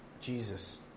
Jesus